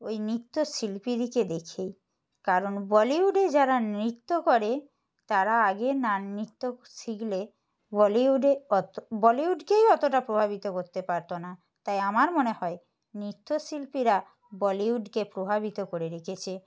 ওই নৃত্যশিল্পীদেরকে দেখেই কারণ বলিউডে যারা নৃত্য করে তারা আগে না নৃত্য শিখলে বলিউডে অত বলিউডকেই অতটা প্রভাবিত করতে পারত না তাই আমার মনে হয় নৃত্যশিল্পীরা বলিউডকে প্রভাবিত করে রেখেছে